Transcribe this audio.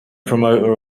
promoter